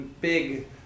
big